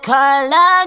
Carla